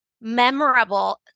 memorable